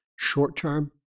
short-term